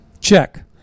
Check